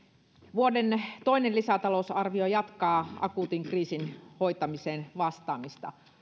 vuoden toinen lisätalousarvio jatkaa akuutin kriisin hoitamiseen vastaamista